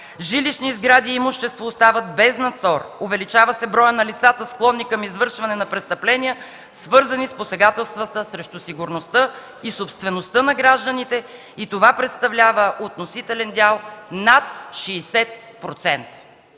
жилищни сгради и имущество остават без надзор, увеличава се броят на лицата, склонни към извършване на престъпления, свързани с посегателствата срещу сигурността и собствеността на гражданите и това представлява относителен дял над 60%.